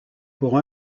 pour